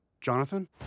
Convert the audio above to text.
Jonathan